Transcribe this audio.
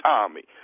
Tommy